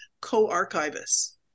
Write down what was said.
co-archivists